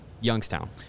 Youngstown